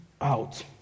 out